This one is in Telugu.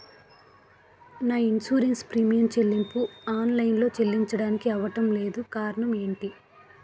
నా ఇన్సురెన్స్ ప్రీమియం చెల్లింపు ఆన్ లైన్ లో చెల్లించడానికి అవ్వడం లేదు కారణం ఏమిటి?